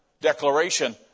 declaration